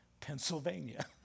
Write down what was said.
Pennsylvania